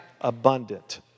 abundant